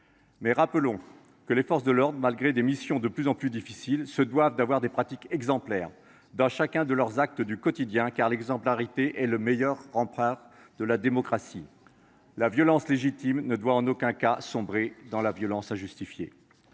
Mais rappelons que les forces de l’ordre, malgré des missions de plus en plus difficiles, se doivent d’avoir des pratiques exemplaires dans chacun de leurs actes du quotidien, car l’exemplarité est le meilleur rempart de la démocratie. La violence légitime ne doit en aucun cas sombrer dans la violence injustifiée.